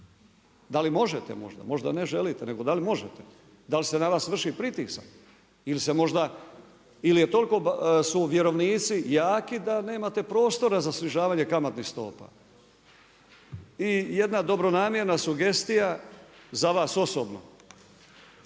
da li možete možda, možda ne želite, nego da li možete, da li se na vas vrši pritisak ili su toliko vjerovnici jako da nemate prostora za snižavanje kamatnih stopa. I jedna dobronamjerna sugestija za vas osobno,